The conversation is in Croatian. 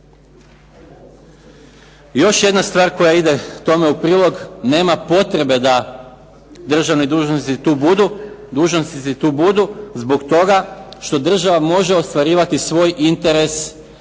Još jedna stvar koja ide tome u prilog, nema potrebe da državni dužnosnici tu budu zbog toga što država može ostvarivati svoj interes putem